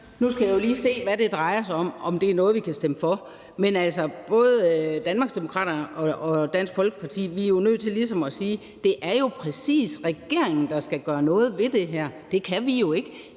Nu skal jeg lige se, hvad det drejer sig om, og om det er noget, vi kan stemme for. Men både Danmarksdemokraterne og Dansk Folkeparti er nødt til ligesom at sige, at det præcis er regeringen, der skal gøre noget ved det her, for det kan vi jo ikke.